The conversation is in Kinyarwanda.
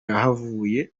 yahavuye